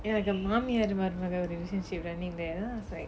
ya the மாமியார் மருமக:maamiyaar marumaga relationship running there then I was like